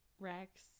Rex